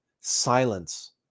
silence